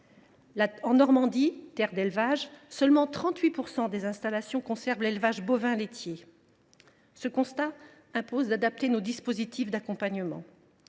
En Normandie, terre d’élevage, seulement 38 % des installations concernent l’élevage bovin laitier. Ce constat impose d’adapter nos dispositifs d’accompagnement.